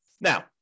Now